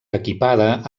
equipada